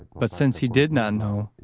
but since he did not know,